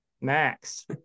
Max